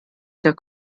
der